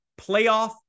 playoff